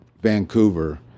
Vancouver